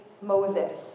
Moses